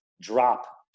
drop